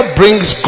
brings